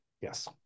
Yes